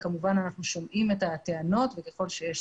ואנחנו כמובן שומעים את הטענות וככל שיש